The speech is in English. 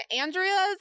andrea's